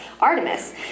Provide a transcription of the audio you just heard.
Artemis